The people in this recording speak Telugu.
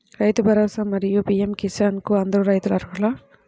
రైతు భరోసా, మరియు పీ.ఎం కిసాన్ కు అందరు రైతులు అర్హులా?